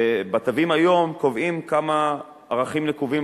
בתווים היום קובעים כמה ערכים נקובים,